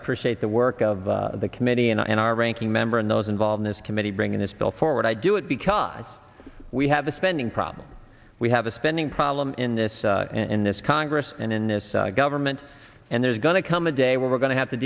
appreciate the work of the committee and i and our ranking member and those involved in this committee bringing this bill forward i do it because we have a spending problem we have a spending problem in this in this cause and in this government and there's going to come a day we're going to have to